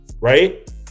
right